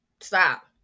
stop